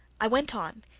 i went on,